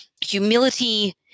Humility